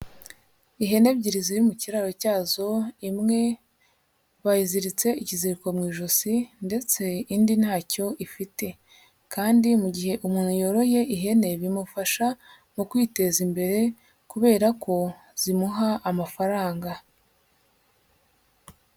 Ihene ebyiri ziri mu kiraro cyazo, imwe bayiziritse ikiziriko mu ijosi ndetse indi ntacyo ifite kandi mu gihe umuntu yoroye ihene bimufasha mu kwiteza imbere kubera ko zimuha amafaranga.